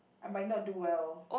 I might not do well